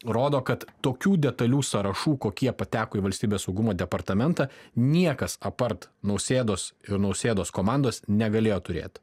rodo kad tokių detalių sąrašų kokie pateko į valstybės saugumo departamentą niekas apart nausėdos ir nausėdos komandos negalėjo turėt